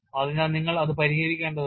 അതിനാൽ നിങ്ങൾ അത് പരിഹരിക്കേണ്ടതുണ്ട്